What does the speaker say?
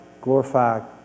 Glorify